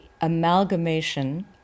amalgamation